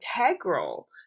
integral